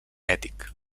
ètic